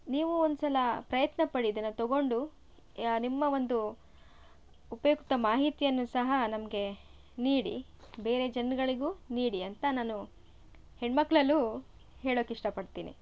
ನೀವು ಒಂದುಸಲ ಪ್ರಯತ್ನಪಡಿ ಇದನ್ನು ತಗೊಂಡು ನಿಮ್ಮ ಒಂದು ಉಪಯುಕ್ತ ಮಾಹಿತಿಯನ್ನು ಸಹ ನಮಗೆ ನೀಡಿ ಬೇರೆ ಜನಗಳಿಗೂ ನೀಡಿ ಅಂತ ನಾನು ಹೆಣ್ಣುಮಕ್ಳಲ್ಲೂ ಹೇಳೋಕೆ ಇಷ್ಟಪಡ್ತೀನಿ